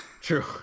True